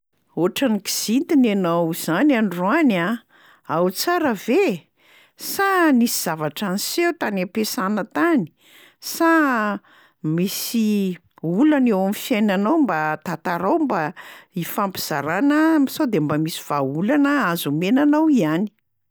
"Ohatran’ny kizitina ianao zany androany a! Ao tsara ve? Sa nisy zavatra niseho tany am-piasana tany? Sa misy olana eo am'fiainanao? Mba tantarao mba hifampizarana sao de mba misy vahaolana azo omena anao ihany.”